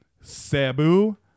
Sabu